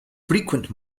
frequent